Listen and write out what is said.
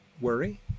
worry